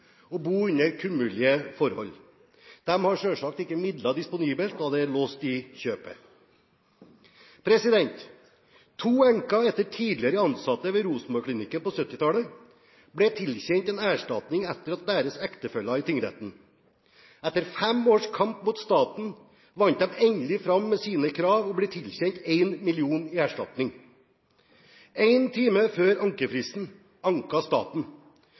bo under kummerlige forhold. De har selvsagt ikke midler disponibelt, da disse er låst i kjøpet. To enker etter tidligere ansatte ved Rosenborgklinikken på 1970-tallet ble i tingretten tilkjent erstatning etter sine ektefeller. Etter fem års kamp mot staten vant de endelig fram med sine krav og ble tilkjent 1 mill. kr i erstatning. Én time før ankefristen anket staten.